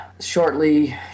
shortly